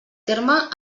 terme